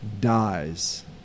dies